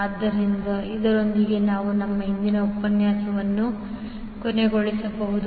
ಆದ್ದರಿಂದ ಇದರೊಂದಿಗೆ ನಾವು ನಮ್ಮ ಇಂದಿನ ಉಪನ್ಯಾಸ ವನ್ನು ಮುಚ್ಚಬಹುದು